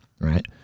right